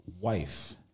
wife